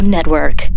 Network